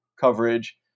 coverage